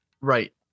Right